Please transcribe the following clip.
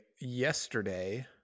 yesterday